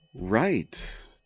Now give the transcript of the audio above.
Right